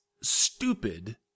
stupid